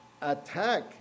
attack